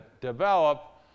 develop